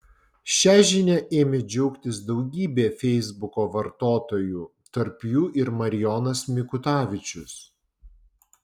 šia žinia ėmė džiaugtis daugybė feisbuko vartotojų tarp jų ir marijonas mikutavičius